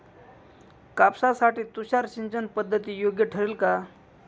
कापसासाठी तुषार सिंचनपद्धती योग्य ठरेल का?